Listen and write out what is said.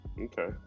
okay